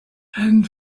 and